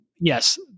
yes